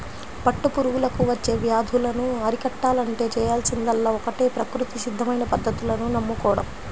పట్టు పురుగులకు వచ్చే వ్యాధులను అరికట్టాలంటే చేయాల్సిందల్లా ఒక్కటే ప్రకృతి సిద్ధమైన పద్ధతులను నమ్ముకోడం